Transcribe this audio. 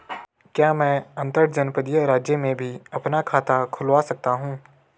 क्या मैं अंतर्जनपदीय राज्य में भी अपना खाता खुलवा सकता हूँ?